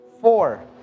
Four